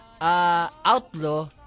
outlaw